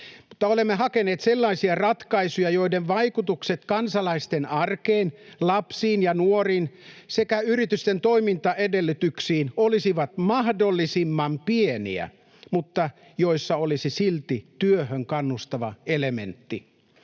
Mutta olemme hakeneet sellaisia ratkaisuja, joiden vaikutukset kansalaisten arkeen, lapsiin ja nuoriin sekä yritysten toimintaedellytyksiin olisivat mahdollisimman pieniä mutta joissa olisi silti työhön kannustava elementti.